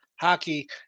Hockey